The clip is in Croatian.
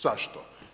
Zašto?